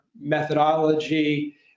methodology